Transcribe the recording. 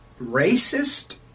racist